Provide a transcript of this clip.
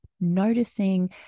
noticing